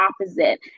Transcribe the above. opposite